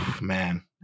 Man